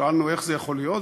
שאלנו איך זה יכול להיות,